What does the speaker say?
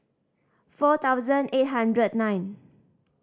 four thousand eight hundred nine